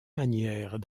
manières